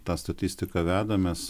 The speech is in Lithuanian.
tą statistiką veda mes